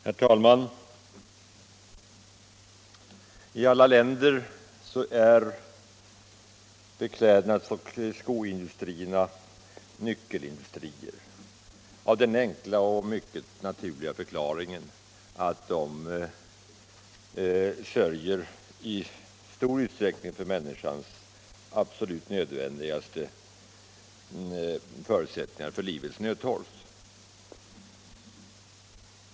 Herr talman! I alla länder är beklädnads och skoindustrierna nyckelindustrier av den enkla och mycket naturliga anledningen att de i stor utsträckning svarar för det absolut nödvändigaste av livets nödtorft.